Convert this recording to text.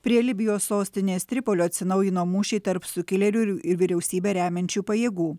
prie libijos sostinės tripolio atsinaujino mūšiai tarp sukilėlių ir vyriausybę remiančių pajėgų